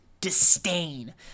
disdain